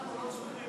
אנחנו לא צריכים אתכם